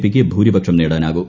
പിയ്ക്ക് ഭൂരിപക്ഷം നേടാനാകു